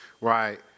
right